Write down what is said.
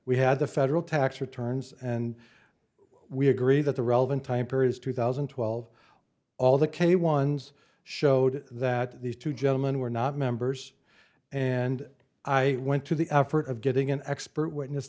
we had the federal tax returns and we agree that the relevant time periods two thousand and twelve all the k ones showed that these two gentlemen were not members and i went to the effort of getting an expert witness